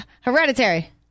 Hereditary